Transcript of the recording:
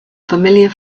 familiar